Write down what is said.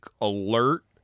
alert